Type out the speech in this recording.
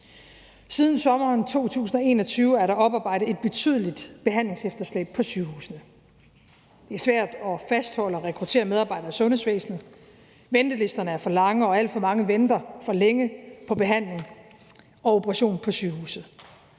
Siden sommeren 2021 er der oparbejdet et betydeligt behandlingsefterslæb på sygehusene. Det er svært at fastholde og rekruttere medarbejdere i sundhedsvæsenet, ventelisterne er for lange, og alt for mange venter for længe på behandling og operation på sygehuset.